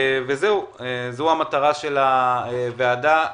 זאת המטרה של הוועדה.